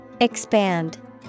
Expand